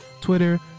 twitter